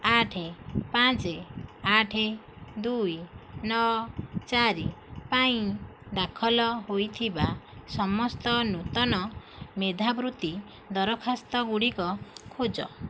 ଆଠ ପାଞ୍ଚ ଆଠ ଦୁଇ ନଅ ଚାରି ପାଇଁ ଦାଖଲ ହୋଇଥିବା ସମସ୍ତ ନୂତନ ମେଧାବୃତ୍ତି ଦରଖାସ୍ତଗୁଡ଼ିକ ଖୋଜ